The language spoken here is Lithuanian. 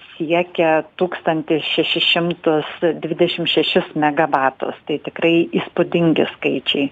siekia tūkstantį šešis šimtus dvidešim šešis megavatus tai tikrai įspūdingi skaičiai